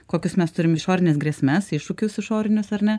kokius mes turim išorines grėsmes iššūkius išorinius ar ne